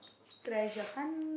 treasure hunt